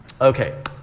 okay